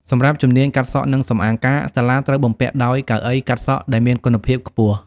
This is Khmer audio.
សម្រាប់ជំនាញ កាត់សក់និងសម្អាងការ សាលាត្រូវបំពាក់ដោយកៅអីកាត់សក់ដែលមានគុណភាពខ្ពស់។